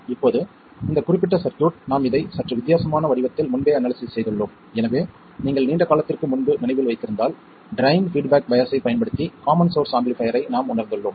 இப்போது இந்த குறிப்பிட்ட சர்க்யூட் நாம் இதை சற்று வித்தியாசமான வடிவத்தில் முன்பே அனாலிசிஸ் செய்துள்ளோம் எனவே நீங்கள் நீண்ட காலத்திற்கு முன்பு நினைவில் வைத்திருந்தால் ட்ரைன் பீட்பேக் பையாஸ் ஐப் பயன்படுத்தி காமன் சோர்ஸ் ஆம்பிளிஃபைர் ஐ நாம் உணர்ந்துள்ளோம்